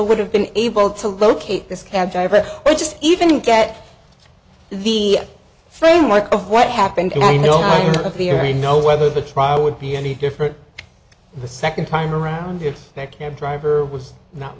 would have been able to locate this cab driver or just even get the framework of what happened and i know your theory know whether the trial would be any different the second time around your camp driver was not